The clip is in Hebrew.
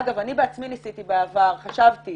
אגב, אני בעצמי ניסיתי בעבר, חשבתי